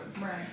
Right